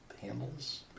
handles